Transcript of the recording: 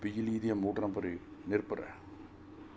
ਬਿਜਲੀ ਦੀਆਂ ਮੋਟਰਾਂ ਪਰੇ ਨਿਰਭਰ ਹੈ